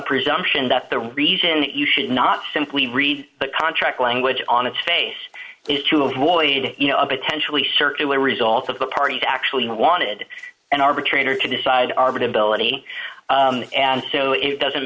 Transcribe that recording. presumption that the reason that you should not simply read the contract language on its face is to avoid a potentially circular result of the parties actually wanted an arbitrator to decide arbonne ability and so it doesn't